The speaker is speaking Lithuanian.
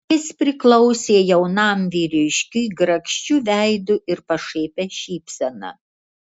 jis priklausė jaunam vyriškiui grakščiu veidu ir pašaipia šypsena